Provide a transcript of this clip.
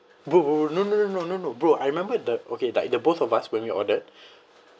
bro no no no no no no bro I remembered the okay like the both of us when we ordered